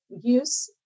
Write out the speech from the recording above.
use